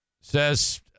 says